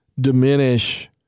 diminish